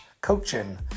coaching